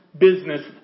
business